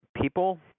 people